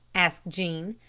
asked jean.